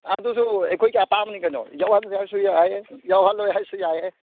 ꯑꯗꯨꯁꯨ ꯑꯩꯈꯣꯏꯒꯤ ꯑꯄꯥꯝꯕꯅꯤ ꯀꯩꯅꯣ ꯌꯧꯍꯟꯒꯦ ꯍꯥꯏꯔꯁꯨ ꯌꯥꯏꯌꯦ ꯍꯧꯍꯜꯂꯣꯏ ꯍꯥꯏꯔꯁꯨ ꯌꯥꯏꯌꯦ